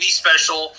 special